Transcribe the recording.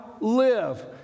live